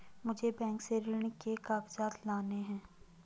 मुझे बैंक से ऋण के कागजात लाने हैं